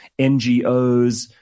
NGOs